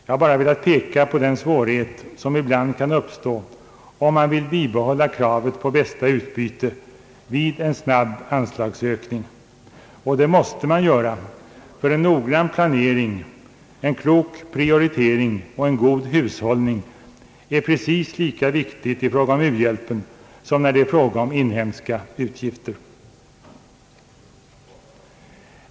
Jag har bara velat peka på den svårighet som ibland kan uppstå, om man vill bibehålla kravet på bästa utbyte vid en snabb anslagsökning. Och det måste man göra, ty en noggrann planering, en klok prioritering och en god hushållning är precis lika viktiga i fråga om u-hjälpen som när det är fråga om inhemska utgifter.